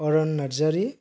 अरन नारजारि